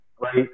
right